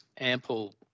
ample –